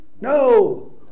No